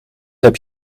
heb